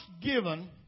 given